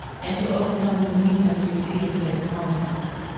and to overcome the meanness we see in today's politics.